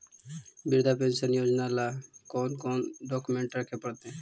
वृद्धा पेंसन योजना ल कोन कोन डाउकमेंट रखे पड़तै?